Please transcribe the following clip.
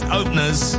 openers